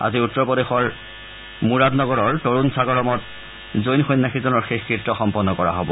আজি উত্তৰপ্ৰদেশৰ মুৰাদ নগৰৰ তৰুণসাগৰমত জৈন সন্যাসীজনৰ শেষকৃত্য সম্পন্ন কৰা হ'ব